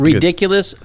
Ridiculous